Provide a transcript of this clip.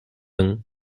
vingt